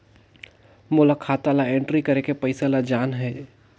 मोला खाता ला एंट्री करेके पइसा ला जान हे?